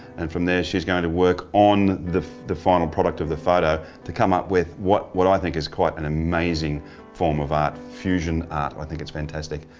and from there she's going to work on the the final product of the photo to come up with what what i think is an amazing form of art fusion art. i think it's fantastic.